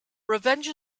revenge